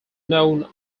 known